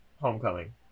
Homecoming